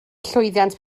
llwyddiant